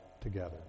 together